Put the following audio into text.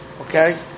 Okay